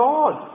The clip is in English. God